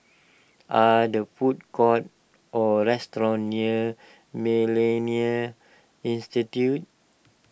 are there food courts or restaurants near Millennia Institute